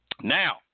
Now